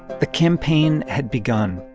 the campaign had begun.